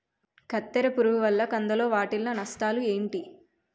కత్తెర పురుగు వల్ల కంది లో వాటిల్ల నష్టాలు ఏంటి